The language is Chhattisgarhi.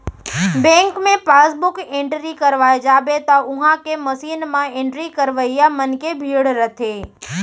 बेंक मे पासबुक एंटरी करवाए जाबे त उहॉं के मसीन म एंट्री करवइया मन के भीड़ रथे